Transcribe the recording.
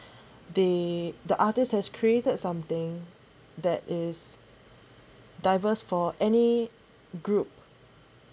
they the artist has created something that is diverse for